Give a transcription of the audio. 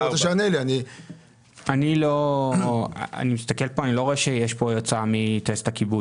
אני מסתכל כאן ואני לא רואה שיש הוצאה מטייסת הכיבוי.